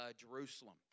Jerusalem